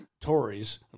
Tories